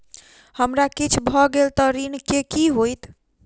हमरा किछ भऽ गेल तऽ ऋण केँ की होइत?